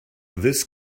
this